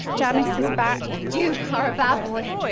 janice is back. you are a bad boy.